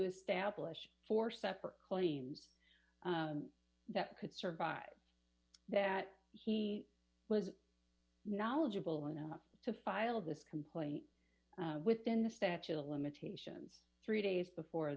establish four separate claims that could survive that he was knowledgeable enough to filed this complaint within the statute of limitations three days before